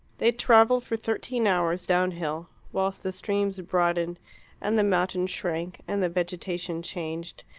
they travelled for thirteen hours down-hill, whilst the streams broadened and the mountains shrank, and the vegetation changed,